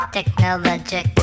Technologic